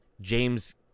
James